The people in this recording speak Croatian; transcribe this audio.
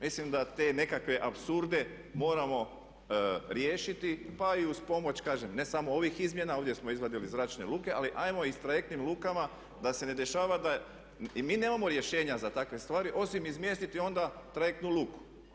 Mislim da te nekakve apsurde moramo riješiti pa i uz pomoć kažem ne samo ovih izmjena, ovdje smo izvadili zračne luke ali ajmo i sa trajektnim lukama da se ne dešava da, i mi nemamo rješenja za takve stvari osim izmjestiti onda trajektnu luku.